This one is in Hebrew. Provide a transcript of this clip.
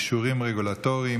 (אישורים רגולטוריים,